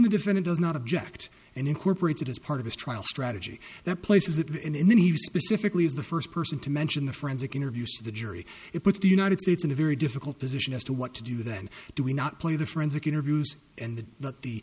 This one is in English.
the defendant does not object and incorporates it as part of his trial strategy that places it in and then he specifically is the first person to mention the forensic interviews to the jury it puts the united states in a very difficult position as to what to do then do we not play the forensic interviews and